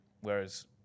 Whereas